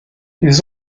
ils